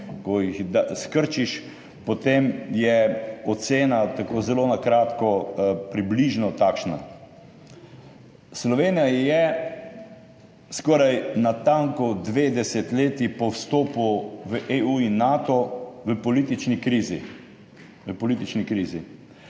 ko jih skrčiš, potem je ocena tako zelo na kratko, približno takšna: Slovenija je skoraj natanko dve desetletji po vstopu v EU in Nato v politični krizi,